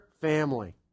family